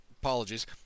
Apologies